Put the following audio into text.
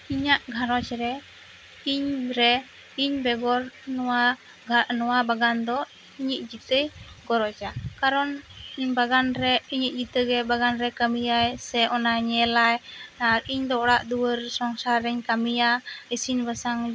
ᱤᱧᱟ ᱜ ᱜᱷᱟᱨᱚᱸᱡᱽ ᱨᱮ ᱤᱧ ᱨᱮ ᱤᱧ ᱵᱮᱜᱚᱨ ᱱᱚᱣᱟ ᱱᱚᱣᱟ ᱵᱟᱜᱟᱱ ᱫᱚ ᱤᱧᱤᱜ ᱡᱤᱛᱟᱹᱭ ᱜᱚᱨᱚᱡᱟ ᱠᱟᱨᱚᱱ ᱤᱧ ᱵᱟᱜᱟᱱ ᱨᱮ ᱤᱧᱤᱜ ᱡᱤᱛᱟᱹ ᱜᱮ ᱵᱟᱜᱟᱱ ᱨᱮ ᱠᱟᱹᱢᱤᱭᱟᱭ ᱥᱮ ᱧᱮᱞᱟᱭ ᱟᱨ ᱤᱧ ᱫᱚ ᱚᱲᱟᱜ ᱫᱩᱣᱟᱹᱨ ᱥᱚᱝᱥᱟᱨ ᱤᱧ ᱠᱟᱹᱢᱤᱭᱟ ᱤᱥᱤᱱ ᱵᱟᱥᱟᱝ